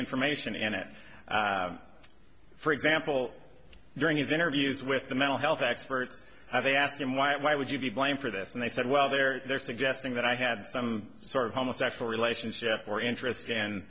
information and it for example during his interviews with the mental health experts they asked him why why would you be blamed for this and they said well they're there suggesting that i had some sort of homo sexual relationship or interest an